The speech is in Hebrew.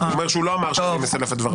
הוא אומר הוא לא אמר שאני מסלף את דבריו.